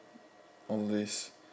always